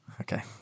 Okay